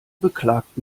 beklagt